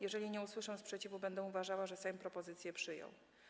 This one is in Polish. Jeżeli nie usłyszę sprzeciwu, będę uważała, że Sejm propozycję przyjął.